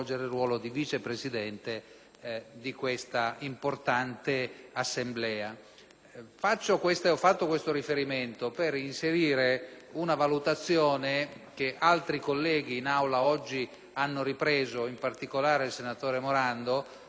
Ho fatto questo riferimento per inserire una valutazione che altri colleghi in Aula hanno ripreso - in particolare il senatore Morando - a proposito del Titolo